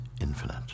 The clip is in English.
infinite